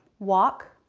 walk,